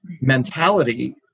mentality